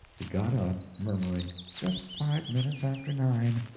he got up, murmuring, just five minutes after nine,